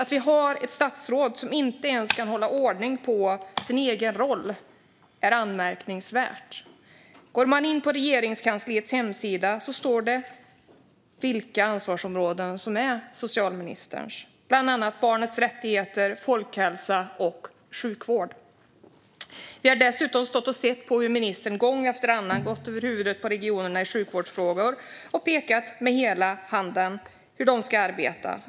Att det finns ett statsråd som inte ens kan hålla ordning på sin egen roll är anmärkningsvärt. Om man går in på Regeringskansliets hemsida framgår vilka ansvarsområden som är socialministerns, bland annat barnets rättigheter, folkhälsa och sjukvård. Vi har dessutom sett hur ministern gång efter annan gått över huvudet på regionerna i sjukvårdsfrågor och pekat med hela handen i fråga om hur de ska arbeta.